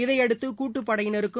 இதையடுத்துகூட்டுப்படையினருக்கும்